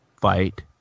fight